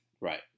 Right